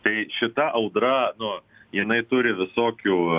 tai šita audra nu jinai turi visokių